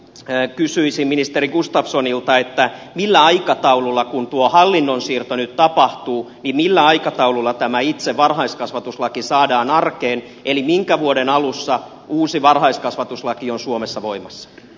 vielä kysyisin ministeri gustafssonilta millä aikataululla kun tuo hallinnon siirto nyt tapahtuu tämä itse varhaiskasvatuslaki saadaan arkeen eli minkä vuoden alussa uusi varhaiskasvatuslaki on suomessa voimassa